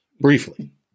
Briefly